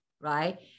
right